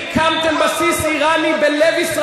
הוא הבטיח